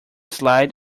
slid